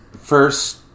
first